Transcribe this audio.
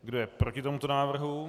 Kdo je proti tomuto návrhu?